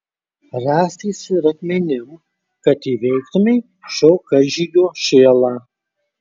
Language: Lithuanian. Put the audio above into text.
rąstais ir akmenim kad įveiktumei šio karžygio šėlą